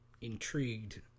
intrigued